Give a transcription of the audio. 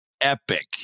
epic